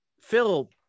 Phil